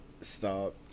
Stop